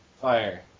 fire